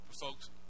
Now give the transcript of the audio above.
Folks